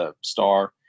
star